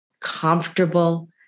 comfortable